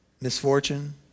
misfortune